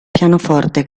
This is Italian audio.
pianoforte